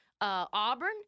Auburn